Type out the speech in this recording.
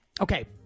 Okay